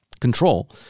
control